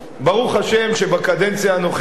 ברוך השם שבקדנציה הנוכחית,